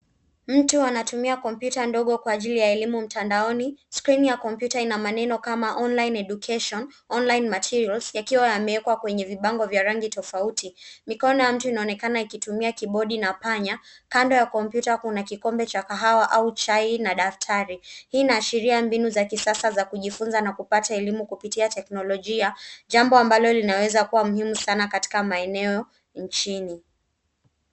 Mtu anatumia kompyuta ndogo kwa ajili ya elimu mtandaoni. Skrini ya kompyuta ina maneno kama online education, online materials yakiwa yamewekwa kwenye vibango vya rangi tofauti. Mikono ya mtu inaonekana ikitumia kibodi na panya. Kando ya kompyuta kuna kikombe cha kahawa au chai na daktari. Hii inaashiria mbinu za kisasa za kujifunza na kupata elimu kupitia teknolojia jambo ambalo linaweza kuwa muhimu sana katika maeneo nchini.